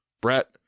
Brett